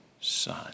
Son